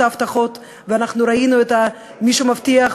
ההבטחות לגביהם ואנחנו ראינו את מי שמבטיח,